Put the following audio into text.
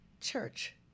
church